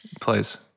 Please